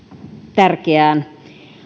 tärkeään